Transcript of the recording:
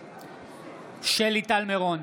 בעד שלי טל מירון,